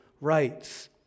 rights